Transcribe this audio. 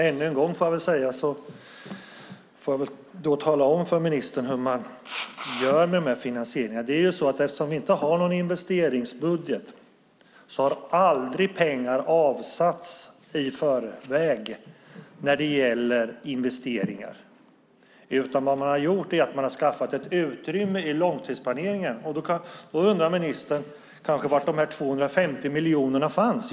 Fru talman! Jag får väl ännu en gång tala om för ministern hur man gör med de här finansieringarna. Eftersom vi inte har någon investeringsbudget har pengar aldrig avsatts i förväg när det gäller investeringar, utan vad man har gjort det är att man har skaffat ett utrymme i långtidsplaneringen. Då undrar ministern kanske var de här 250 miljonerna fanns.